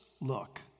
look